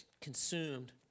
consumed